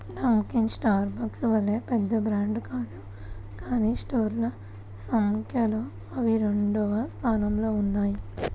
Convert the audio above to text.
Dunkin Starbucks వలె పెద్ద brand కాదు కానీ స్టోర్ల సంఖ్యలో అవి రెండవ స్థానంలో ఉన్నాయి